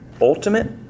ultimate